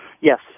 Yes